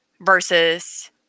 versus